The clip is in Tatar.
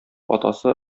атасы